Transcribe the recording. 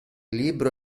libro